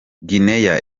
guinea